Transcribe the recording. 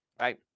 right